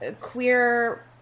queer